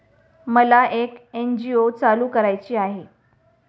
मला एक एन.जी.ओ चालू करायची आहे